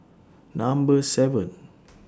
Number seven